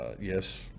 yes